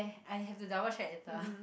I have to double check later